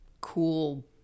cool